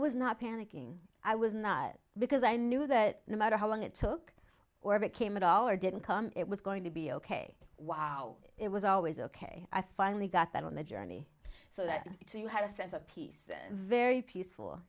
was not panicking i was not because i knew that no matter how long it took or became a dollar didn't come it was going to be ok wow it was always ok i finally got that on the journey so that you had a sense of peace very peaceful